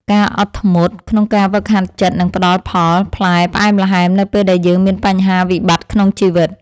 ការអត់ធ្មត់ក្នុងការហ្វឹកហាត់ចិត្តនឹងផ្តល់ផលផ្លែផ្អែមល្ហែមនៅពេលដែលយើងមានបញ្ហាវិបត្តិក្នុងជីវិត។